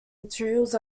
materials